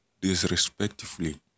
disrespectfully